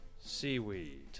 seaweed